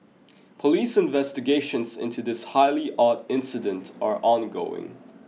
police investigations into this highly odd incident are ongoing